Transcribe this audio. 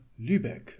Lübeck